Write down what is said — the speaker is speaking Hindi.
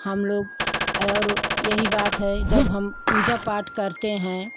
हम लोग और यही बात है जब हम पूजा पाठ करते हैं